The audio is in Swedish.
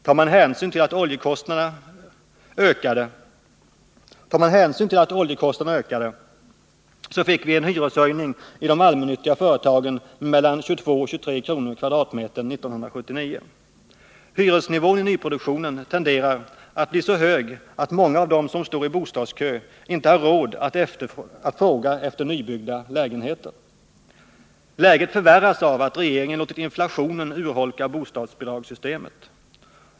Tar man hänsyn till att oljekostnaderna ökade, så finner man att vi fick en hyreshöjning i de allmännyttiga företagen med mellan 22 och 23 kr./m? 1979. Hyresnivån i nyproduktionen tenderar att bli så hög att många av dem som står i bostadskö inte har råd att fråga efter nybyggda lägenheter. Läget förvärras av att regeringen har låtit inflationen urholka bostadsbidragssystemet.